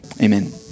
Amen